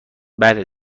بله